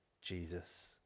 Jesus